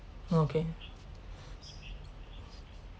okay